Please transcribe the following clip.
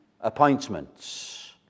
appointments